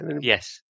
Yes